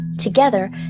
Together